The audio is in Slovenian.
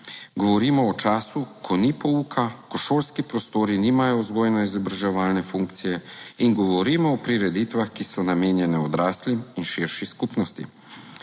Govorimo o času, ko ni pouka, ko šolski prostori nimajo vzgojno izobraževalne funkcije in govorimo o prireditvah, ki so namenjene odraslim in širši skupnosti.